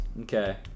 Okay